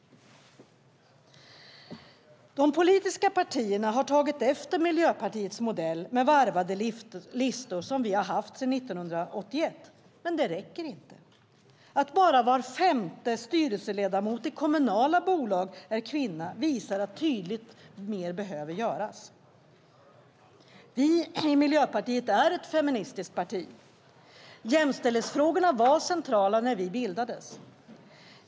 De politiska partierna har tagit efter Miljöpartiets modell med varvade listor som vi har haft sedan 1981, men det räcker inte. Att bara var femte styrelseledamot i kommunala bolag är kvinna visar tydligt att mer behöver göras. Miljöpartiet är ett feministiskt parti. Jämställdhetsfrågorna var centrala när vi bildades.